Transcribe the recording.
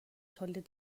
تولید